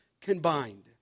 combined